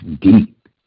deep